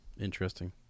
interesting